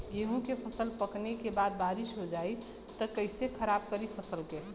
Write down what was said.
गेहूँ के फसल पकने के बाद बारिश हो जाई त कइसे खराब करी फसल के?